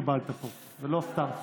לא סתם שר.